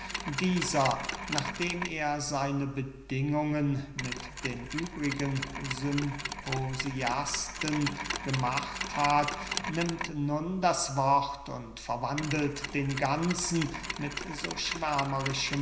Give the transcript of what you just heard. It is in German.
dieser nachdem er seine bedingungen mit den übrigen symposiasten gemacht hat nimmt nun das wort und verwandelt den ganzen mit so